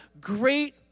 great